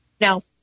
No